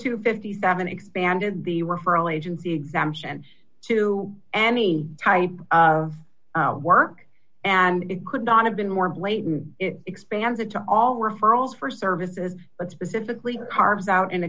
fifty seven expanded the referral agency exemption to any type of work and it could not have been more blatant expanded to all referrals for services but specifically carves out and